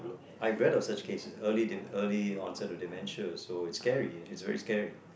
I've read of such cases early de~ early onset dementia so it's scary it's very scary